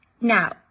Now